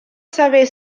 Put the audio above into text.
saber